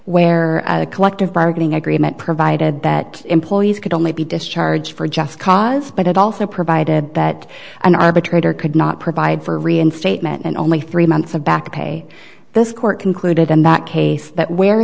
where the collective bargaining agreement provided that employees could only be discharged for just cause but also provided that an arbitrator could not provide for reinstatement and only three months of back pay this court concluded in that case that where